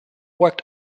worked